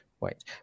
right